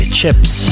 Chips